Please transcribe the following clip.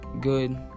good